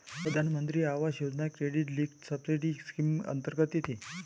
प्रधानमंत्री आवास योजना क्रेडिट लिंक्ड सबसिडी स्कीम अंतर्गत येते